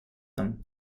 them